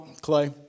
Clay